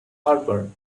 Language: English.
harbor